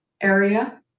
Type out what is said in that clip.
area